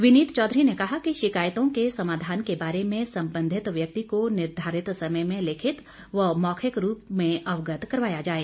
विनीत चौधरी ने कहा कि शिकायतों के समाधान के बारे में संबंधित व्यक्ति को निर्धारित समय में लिखित व मौखिक रूप में अवगत करवाया जाए